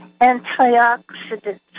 Antioxidants